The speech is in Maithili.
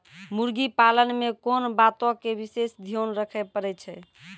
मुर्गी पालन मे कोंन बातो के विशेष ध्यान रखे पड़ै छै?